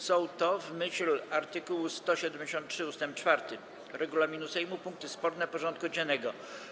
Są to, w myśl art. 173 ust. 4 regulaminu Sejmu, punkty sporne porządku dziennego.